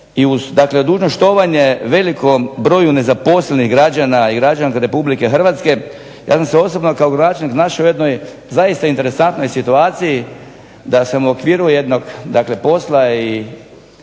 dakle dužno štovanje velikom broju nezaposlenih građana i građanka Republike Hrvatske, ja sam se osobno kao gradonačelnik našao u jednoj zaista interesantnoj situaciji, da sam u okviru jednog dakle